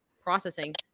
processing